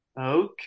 Okay